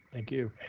thank you.